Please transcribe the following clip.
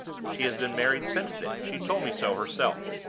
she has been married since then she told me so herself.